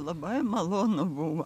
labai malonu buvo